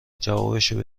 جوابشو